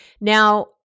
Now